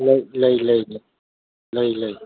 ꯂꯩ ꯂꯩ ꯂꯩ ꯂꯩ ꯂꯩ ꯂꯩ